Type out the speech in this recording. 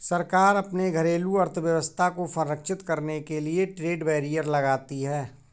सरकार अपने घरेलू अर्थव्यवस्था को संरक्षित करने के लिए ट्रेड बैरियर लगाती है